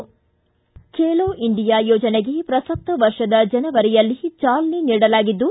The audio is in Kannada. ಬೇಲೋ ಇಂಡಿಯಾ ಯೋಜನೆಗೆ ಪ್ರಸಕ್ತ ವರ್ಷದ ಜನವರಿಯಲ್ಲಿ ಚಾಲನೆ ನೀಡಲಾಗಿದ್ದು